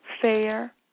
Fair